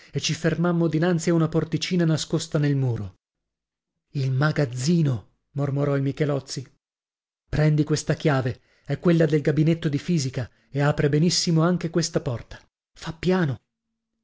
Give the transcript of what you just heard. e ci fermammo dinanzi a una porticina nascosta nel muro il magazzino mormorò il michelozzi prendi questa chiave è quella del gabinetto di fisica e apre benissimo anche questa porta fa piano